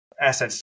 assets